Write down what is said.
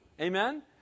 Amen